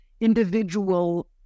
individual